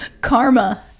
karma